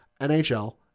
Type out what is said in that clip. NHL